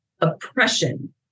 oppression